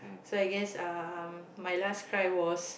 so I guess um my last cry was